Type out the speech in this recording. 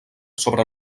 sobre